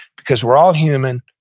because we're all human.